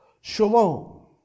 shalom